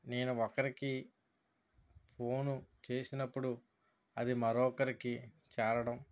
నేను ఒకరికి ఫోను చేసినప్పుడు అది మరొకరికి చేరడం